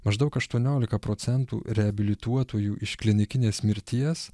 maždaug aštuoniolika procentų reabilituotųjų iš klinikinės mirties